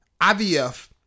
IVF